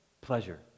pleasure